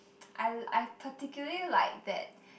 I I particularly like that